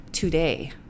today